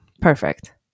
perfect